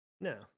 No